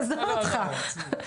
עזוב אותך.